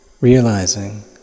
realizing